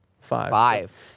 Five